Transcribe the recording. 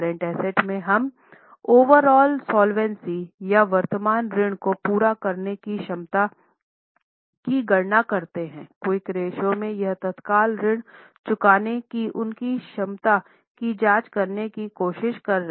current asset में हम overall solvency या वर्तमान ऋण को पूरा करने की क्षमता की गणना करते हैं क्विक रेश्यो में हम तत्काल ऋण चुकाने की उनकी क्षमता की जांच करने की कोशिश कर रहे है